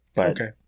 Okay